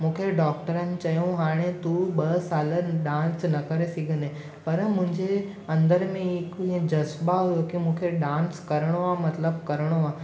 मूंखे डॉक्टरनि चयो हाणे तूं ॿ साल डांस न करे सघंदे पर मुंहिंजे अंदरि में हिकु हीअं जज़्बा हुयो की मूंखे डांस करिणो आहे मतिलबु करिणो आहे